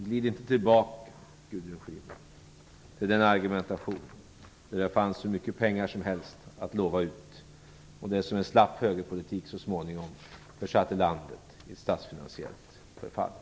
Glid inte tillbaka, Gudrun Schyman, till den argumentation där det fanns hur mycket pengar som helst att lova ut och till det som genom en slapp högerpolitik så småningom försatte landet i statsfinansiellt förfall!